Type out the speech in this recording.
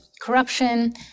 corruption